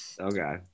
Okay